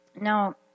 Now